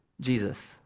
Jesus